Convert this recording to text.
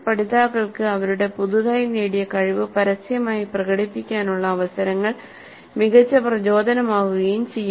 പഠിതാക്കൾക്ക് അവരുടെ പുതുതായി നേടിയ കഴിവ് പരസ്യമായി പ്രകടിപ്പിക്കാനുള്ള അവസരങ്ങൾ മികച്ച പ്രചോദനമാവുകയും ചെയ്യും